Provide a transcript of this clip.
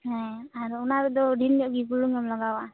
ᱦᱮᱸ ᱟᱨ ᱚᱱᱟ ᱨᱮᱫᱚ ᱰᱷᱮᱨ ᱧᱚᱜ ᱜᱮ ᱵᱩᱞᱩᱝᱮᱢ ᱞᱟᱜᱟᱣᱟᱜᱼᱟ